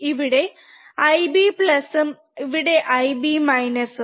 ഇവിടെ Ib ഉം ഇവിടെ Ib ഉം